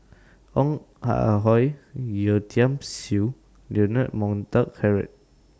Ong Ah Hoi Yeo Tiam Siew Leonard Montague Harrod